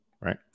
right